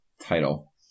title